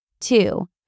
Two